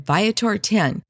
Viator10